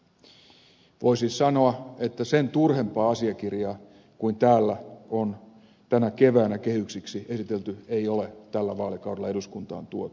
voi siis sanoa että sen turhempaa asiakirjaa kuin täällä on tänä keväänä kehyksiksi esitelty ei ole tällä vaalikaudella eduskuntaan tuotu